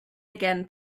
again